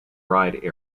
ride